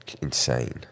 insane